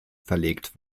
verlegt